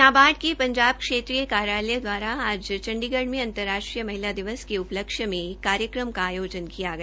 नाबार्ड के पंजाब क्षेत्रीय कार्यालय द्वारा आज चंडीगढ़ में अंतराष्ट्रीय महिला दिवस के उपलक्ष्य मं एक कार्यक्रम का आयोजन किया गया